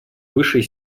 высшей